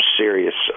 serious